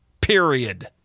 period